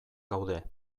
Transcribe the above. gaude